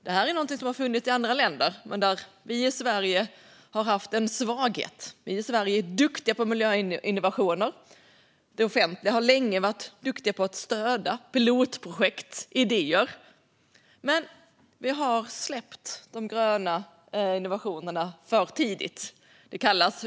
Det är något som har funnits i andra länder. Vi i Sverige är duktiga på miljöinnovationer, och det offentliga har länge varit bra på att stödja pilotprojekt och idéer. Men vi har släppt de gröna innovationerna för tidigt.